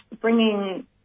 bringing